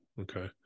okay